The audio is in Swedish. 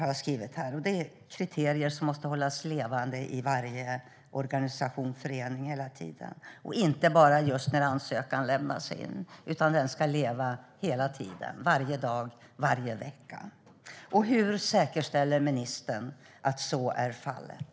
Det är kriterier som hela tiden måste hållas levande i varje organisation och förening, inte bara just när ansökan lämnas in. Detta ska leva hela tiden - varje dag och varje vecka. Hur säkerställer ministern att så är fallet?